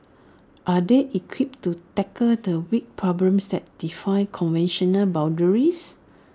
are they equipped to tackle the wicked problems that defy conventional boundaries